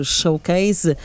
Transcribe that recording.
showcase